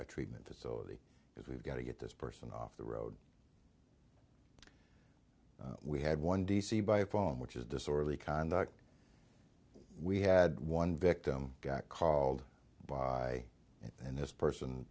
a treatment facility because we've got to get this person off the road we had one d c by phone which is disorderly conduct we had one victim got called by and this person